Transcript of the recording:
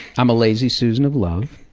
i'm a lazy susan of love.